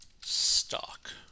stock